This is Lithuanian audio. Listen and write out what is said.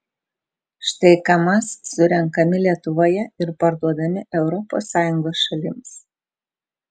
štai kamaz surenkami lietuvoje ir parduodami europos sąjungos šalims